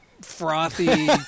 frothy